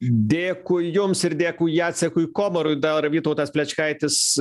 dėkui jums ir dėkui jacekui komarui dar vytautas plečkaitis